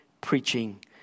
Preaching